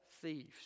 thieves